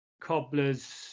cobblers